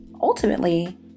ultimately